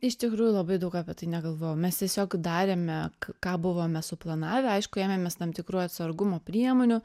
iš tikrųjų labai daug apie tai negalvojom mes tiesiog darėme ką buvome suplanavę aišku ėmėmės tam tikrų atsargumo priemonių